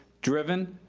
driven,